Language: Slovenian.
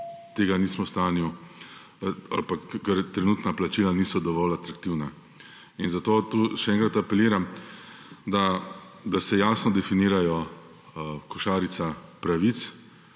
mi nismo v stanju ali pa ker trenutna plačila niso dovolj atraktivna. In zato tu še enkrat apeliram, da se jasno definira košarica pravic,